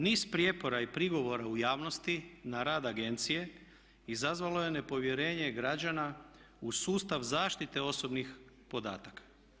Niz prijepora i prigovora u javnosti na rad agencije izazvalo je nepovjerenje građana u sustav zaštite osobnih podataka.